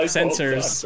sensors